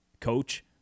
coach